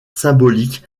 symbolique